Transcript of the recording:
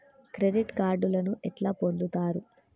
Credit కార్డులను ఎట్లా పొందుతరు?